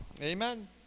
Amen